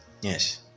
yes